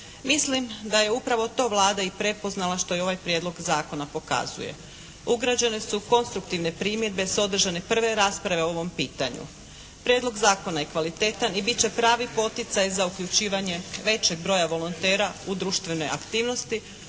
Mislim da je upravo to Vlada i prepoznala što i ovaj prijedlog zakona pokazuje. Ugrađene se konstruktivne primjedbe sa održane prve rasprave o ovom pitanju. Prijedlog zakona je kvalitetan i bit će pravi poticaj za uključivanje većeg broja volontera u društvene aktivnosti